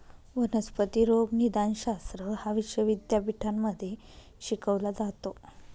वनस्पती रोगनिदानशास्त्र हा विषय विद्यापीठांमध्ये शिकवला जातो